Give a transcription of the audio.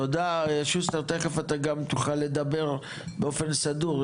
תודה שוסטר, תכף אתה גם תוכל לדבר באופן סדור.